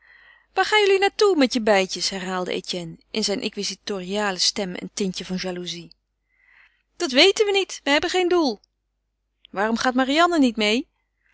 waar gaan jullie naar toe met je beidjes herhaalde etienne in zijn inquizitoriale stem een tintje van jaloezie dat weten we niet we hebben geen doel waarom gaat marianne niet mee